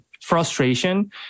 frustration